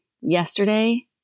yesterday